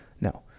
no